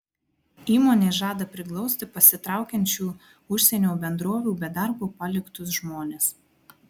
įmonė žada priglausti pasitraukiančių užsienio bendrovių be darbo paliktus žmones